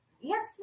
yes